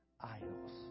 idols